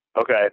Okay